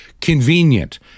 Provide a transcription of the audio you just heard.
convenient